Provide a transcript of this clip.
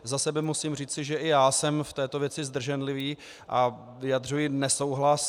Za sebe musím říci, že i já jsem v této věci zdrženlivý a vyjadřuji nesouhlas.